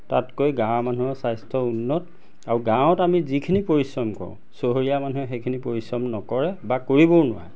তাতকৈ গাঁৱৰ মানুহৰ স্বাস্থ্য উন্নত আৰু গাঁৱত আমি যিখিনি পৰিশ্ৰম কৰোঁ চহৰীয়া মানুহে সেইখিনি পৰিশ্ৰম নকৰে বা কৰিবও নোৱাৰে